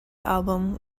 album